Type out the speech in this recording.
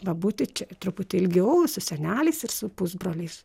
pabūti čia truputį ilgiau su seneliais ir su pusbroliais